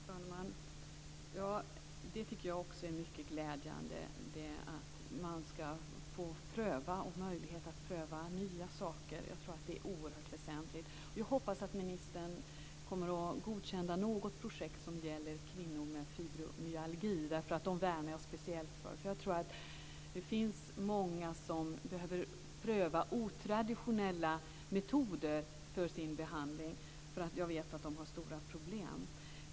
Fru talman! Jag tycker också att det är mycket glädjande att man skall få möjlighet att pröva nya saker. Jag tror att det är oerhört väsentligt, och jag hoppas att ministern kommer att godkänna något projekt som gäller kvinnor med fibromyalgi, eftersom jag värnar speciellt om dem. Det finns många som behöver pröva otraditionella behandlingsmetoder. Jag vet att de har stora problem.